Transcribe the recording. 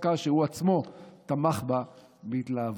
עסקה שהוא עצמו תמך בה בהתלהבות.